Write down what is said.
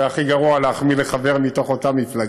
זה הכי גרוע להחמיא לחבר מתוך אותה מפלגה,